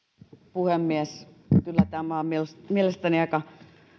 puhemies kyllä tämä on mielestäni mielestäni aika